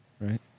right